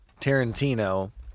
Tarantino